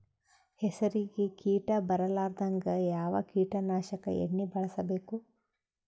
ಹೆಸರಿಗಿ ಕೀಟ ಬರಲಾರದಂಗ ಯಾವ ಕೀಟನಾಶಕ ಎಣ್ಣಿಬಳಸಬೇಕು?